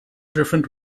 different